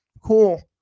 Cool